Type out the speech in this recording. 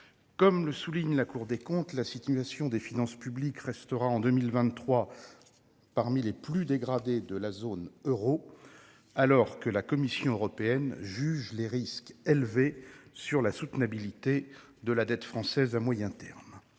Comme le souligne la Cour des comptes, la situation des finances publiques restera en 2023 « parmi les plus dégradées de la zone euro, alors que la Commission européenne juge que les risques sont élevés sur la soutenabilité de la dette française à moyen terme